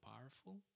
powerful